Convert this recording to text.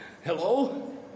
hello